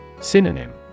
Synonym